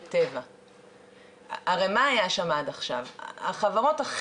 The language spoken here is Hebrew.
לתת הנחיה ולהחליט החלטה שיש